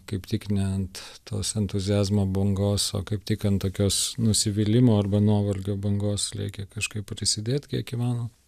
kaip tik ne ant tos entuziazmo bangos o kaip tik ant tokios nusivylimo arba nuovargio bangos reikia kažkaip prisidėt kiek įmanoma